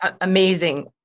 amazing